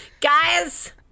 Guys